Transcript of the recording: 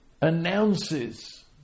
announces